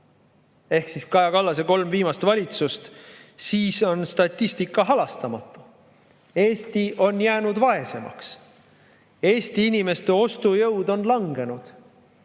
ehk Kaja Kallase kolm viimast valitsust, siis on statistika halastamatu. Eesti on jäänud vaesemaks. Eesti inimeste ostujõud on langenud.